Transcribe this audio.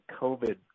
COVID